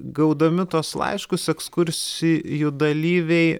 gaudami tuos laiškus ekskursijų dalyviai